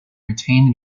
retained